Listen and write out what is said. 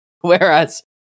Whereas